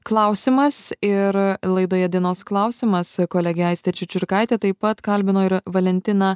klausimas ir laidoje dienos klausimas kolegė aistė čičiurkaitė taip pat kalbino ir valentiną